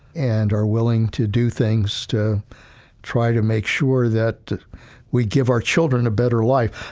and are willing to do things to try to make sure that we give our children a better life.